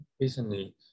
recently